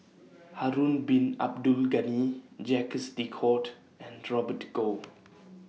Harun Bin Abdul Ghani Jacques De Coutre and Robert Goh